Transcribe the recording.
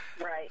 right